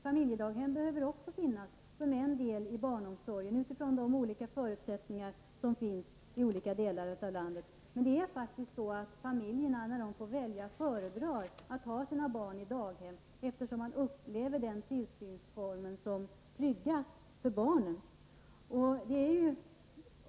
Familjedaghem behöver också finnas som en del i barnomsorgen, med hänsyn till de olika förutsättningar som finns i olika delar av landet. Men om familjerna får välja föredrar de att ha sina barn i daghem, eftersom de upplever den tillsynsformen som tryggast för barnen.